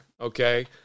okay